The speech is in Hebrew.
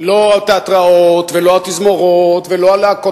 לא התיאטראות ולא התזמורות ולא להקות